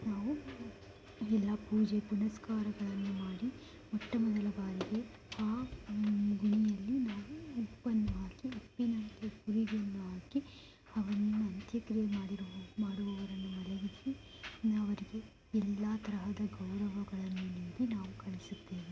ನಾವು ಎಲ್ಲ ಪೂಜೆ ಪುನಸ್ಕಾರಗಳನ್ನು ಮಾಡಿ ಮೊಟ್ಟ ಮೊದಲ ಬಾರಿಗೆ ಆ ಗುಂಡಿಯಲ್ಲಿ ನಾವು ಉಪ್ಪನ್ನು ಹಾಕಿ ಉಪ್ಪಿನ ನಂತರ ಪುರಿಯನ್ನು ಹಾಕಿ ಅವರನ್ನು ಅಂತ್ಯಕ್ರಿಯೆ ಮಾಡಿರುವ ಮಾಡುವವರನ್ನು ಇನ್ನೂ ಅವರಿಗೆ ಎಲ್ಲ ತರಹದ ಗೌರವಗಳನ್ನು ಮಾಡಿ ನಾವು ಕಳಿಸುತ್ತೇವೆ